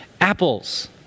apples